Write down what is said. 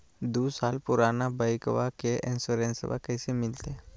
दू साल पुराना बाइकबा के इंसोरेंसबा कैसे मिलते?